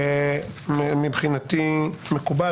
מבחינתי מקובל.